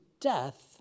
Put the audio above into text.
death